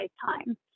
time